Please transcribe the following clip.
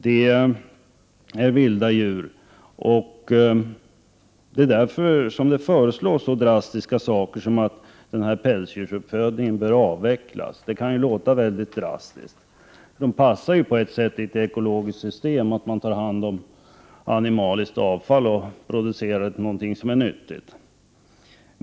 Det är vilda djur, och det är därför som det föreslås så drastiska åtgärder som att avveckla pälsdjursuppfödningen. Pälsdjuren passar på ett sätt i ett ekologiskt system, där man tar hand om animaliskt avfall och producerar något som är nyttigt.